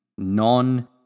Non